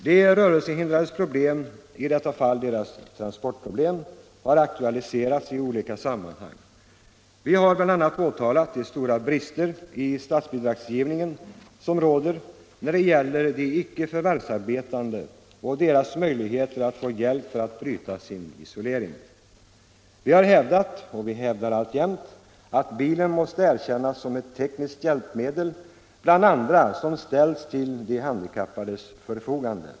De rörelsehindrades problem, i detta fall deras transportproblem, har aktualiserats i olika sammanhang. Vi har bl.a. påtalat de stora brister i statsbidragsgivningen som råder när det gäller de icke förvärvsarbetande och deras möjligheter att få hjälp för att bryta sin isolering. Vi har hävdat och hävdar alltjämt att bilen måste erkännas som ett tekniskt hjälpmedel bland andra som ställs till de handikappades förfogande.